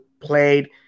played